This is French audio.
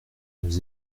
nous